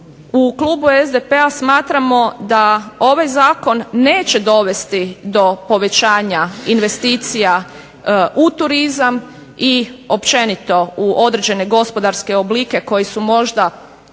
u klubu SDP-a smatramo da ovaj Zakon neće dovesti do povećanja investicija u turizam i općenito u određene gospodarske oblike koji su možda